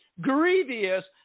grievous